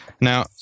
Now